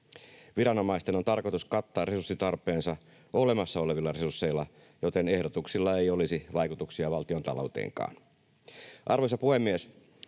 Viranomaisten on tarkoitus kattaa resurssitarpeensa olemassa olevilla resursseilla, joten ehdotuksilla ei olisi vaikutuksia valtiontalouteenkaan.